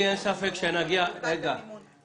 זה משהו שעלה בישיבות הפנימיות.